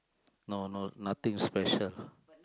no no nothing special